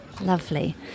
lovely